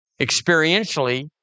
experientially